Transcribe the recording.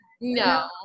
No